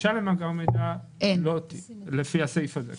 גישה למאגר מידע לא תהיה לפי הסעיף הזה.